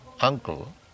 uncle